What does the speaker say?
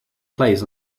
plays